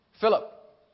Philip